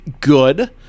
good